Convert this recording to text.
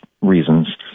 reasons